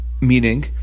meaning